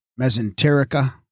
mesenterica